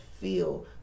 feel